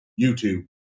YouTube